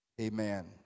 Amen